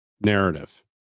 narrative